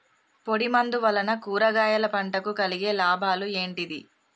పొడిమందు వలన కూరగాయల పంటకు కలిగే లాభాలు ఏంటిది?